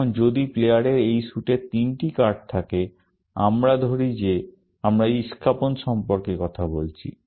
এখন যদি প্লেয়ারের এই স্যুটের তিনটি কার্ড থাকে আমরা ধরি যে আমরা ইস্কাপন সম্পর্কে কথা বলছি